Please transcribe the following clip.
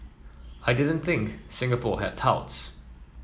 I didn't think Singapore had touts